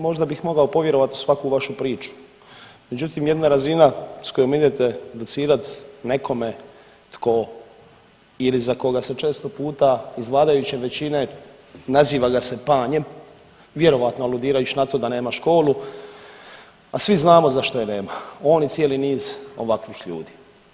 Možda bih mogao povjerovati u svaku vašu priču, međutim jedna razina s kojom idete docirati nekome tko ili za koga se često puta iz vladajuće većine naziva ga se panjem vjerojatno aludirajući na to da nema školu, a svi znamo zašto je nema, on i cijeli niz ovakvih ljudi.